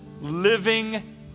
living